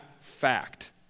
fact